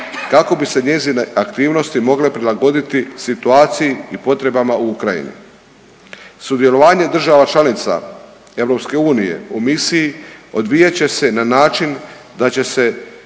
kako bi se njezine aktivnosti mogle prilagoditi situaciji i potrebama u Ukrajini. Sudjelovanje država članica EU u misiji odvijat će se na način da će se